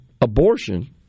abortion